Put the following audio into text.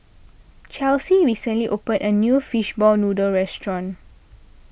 Chelsi recently opened a new Fishball Noodle restaurant